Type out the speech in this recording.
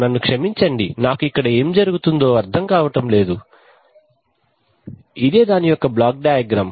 నన్ను క్షమించండి నాకు ఇక్కడ ఏం జరుగుతుందో అర్థం కావటం లేదు ఇదే దాని యొక్క బ్లాక్ డయాగ్రమ్